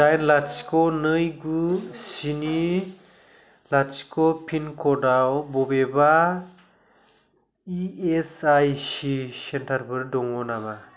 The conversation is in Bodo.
दाइन लाथिख' नै गु स्नि लाथिख' पिनक'डआव बबेबा इ एस आइ सि सेन्टारफोर दं नामा